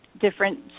different